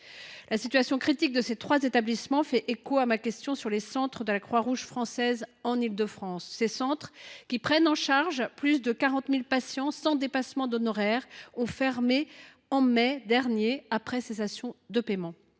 La situation critique de ces trois établissements fait écho à ma question sur les centres de la Croix Rouge française en Île de France. Ces centres, qui prennent en charge plus de 40 000 patients sans dépassement d’honoraires, ont fermé au mois de mai dernier après cessation de paiements.